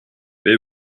they